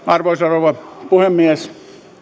arvoisa rouva puhemies